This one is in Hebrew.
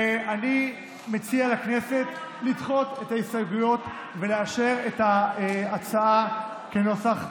אני מציע לכנסת לדחות את ההסתייגויות ולאשר את ההצעה כנוסח הוועדה.